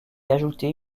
ajouter